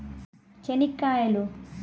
చెనిక్కాయలు